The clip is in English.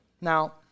Now